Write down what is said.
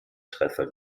treffer